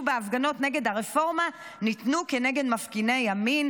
בהפגנות נגד הרפורמה ניתנו כנגד מפגיני ימין,